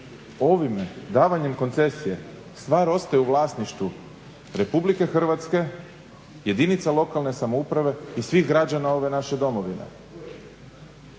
ovime davanjem koncesije stvar ostaje u vlasništvu RH, jedinica lokalne samouprave i svih građana ove naše Domovine.